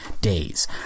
days